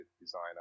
designer